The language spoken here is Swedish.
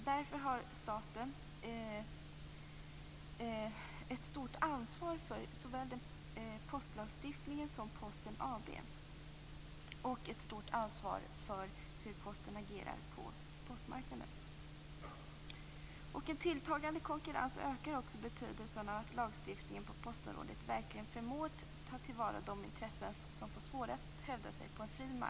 Därför har staten ett stort ansvar för såväl postlagstiftningen som Posten AB, men även för hur Posten agerar på postmarknaden. Med en tilltagande konkurrens ökar betydelsen av att lagstiftningen på postområdet verkligen förmår ta till vara de intressen som får svårare att hävda sig på en fri marknad.